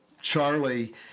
Charlie